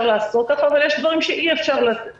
לעשות כך אבל יש דברים שאי אפשר לעשות כך.